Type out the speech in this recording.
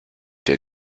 der